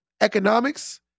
economics